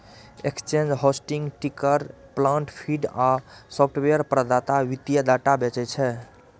exchange, hosting, ticker plant feed आ software प्रदाता वित्तीय डाटा बेचै छै